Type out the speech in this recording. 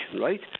right